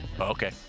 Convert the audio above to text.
Okay